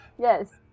yes